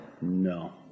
No